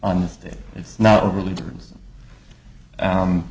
on this day it's not really